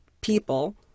people